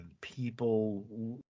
people